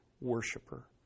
worshiper